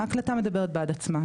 ההקלטה מדברת בעד עצמה.